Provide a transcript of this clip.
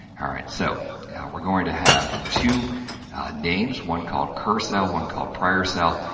all right! so, now we're going to have two names one called curr cell, one called prior cell,